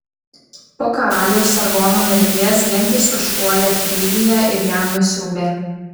po karaliaus sargono mirties gentys užpuolė frygiją ir ją nusiaubė